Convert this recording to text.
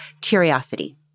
curiosity